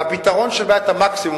והפתרון של בעיית המקסימום,